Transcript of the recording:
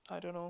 I don't know